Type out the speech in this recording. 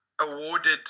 awarded